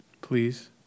please